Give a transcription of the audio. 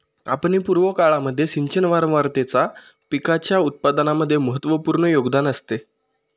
कापणी पूर्व काळामध्ये सिंचन वारंवारतेचा पिकाच्या उत्पादनामध्ये महत्त्वपूर्ण योगदान असते